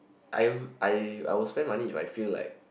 I will I I will spend money if I feel like